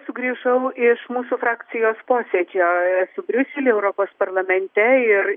sugrįžau iš mūsų frakcijos posėdžio esu briuselyje europos parlamente ir